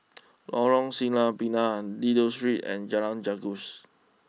Lorong Sireh Pinang Dido Street and Jalan Janggus